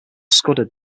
scudder